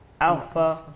alpha